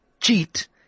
cheat